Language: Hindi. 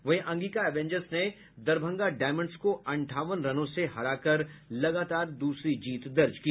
वहीं अंगिका एवेंजर्स ने दरभंगा डायमंड्स को अंठावन रनों से हरा कर लगातर दूसरी जीत दर्ज की